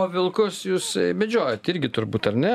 o vilkus jūs medžiojat irgi turbūt ar ne